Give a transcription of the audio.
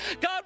God